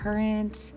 Current